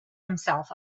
himself